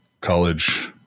college